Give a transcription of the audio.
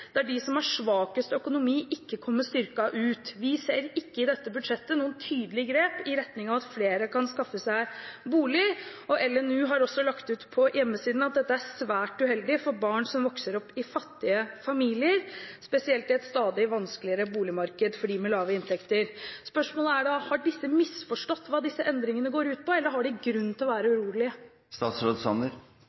der de som har svakest økonomi, ikke kommer styrket ut. Vi ser ikke i dette budsjettet noen tydelige grep i retning av at flere kan skaffe seg bolig, og Norges barne- og ungdomsorganisasjoner, LNU, har lagt ut på hjemmesiden sin at dette er svært uheldig for barn som vokser opp i fattige familier, spesielt i et stadig vanskeligere boligmarked for dem med lave inntekter. Spørsmålet er da: Har disse misforstått hva disse endringene går ut på, eller har de grunn til å være